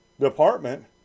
department